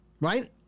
right